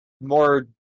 more